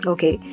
Okay